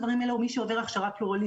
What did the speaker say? הדברים האלה הוא מי שעובר הכשרה פלורליסטית.